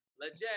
legit